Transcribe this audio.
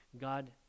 God